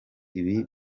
ibi